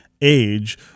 age